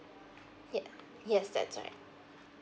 yeah yes that's right